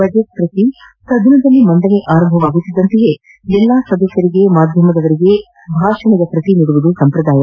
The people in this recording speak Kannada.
ಬಜೆಟ್ ಪ್ರತಿ ಸದನದಲ್ಲಿ ಮಂಡನೆ ಆರಂಭವಾಗುತ್ತಿದ್ದಂತೆ ಎಲ್ಲಾ ಸದಸ್ಯರಿಗೆ ಮಾಧ್ಯಮದವರಿಗೆ ಭಾಷಣದ ಪ್ರತಿ ನೀಡುವುದು ಸಂಪ್ರದಾಯ